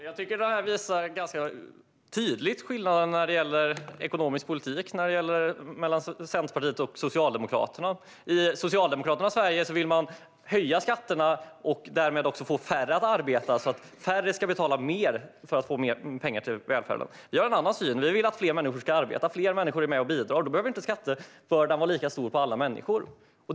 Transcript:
Herr talman! Det här visar ganska tydligt skillnaden i ekonomisk politik mellan Centerpartiet och Socialdemokraterna. I Socialdemokraternas Sverige vill man höja skatterna och därmed också få färre att arbeta så att färre ska betala mer för att få mer pengar till välfärden. Vi har en annan syn. Vi vill att fler människor ska arbeta. Om fler människor är med och bidrar behöver inte skattebördan vara lika stor för alla människor.